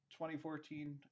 2014